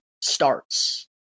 starts